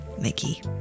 Mickey